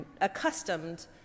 accustomed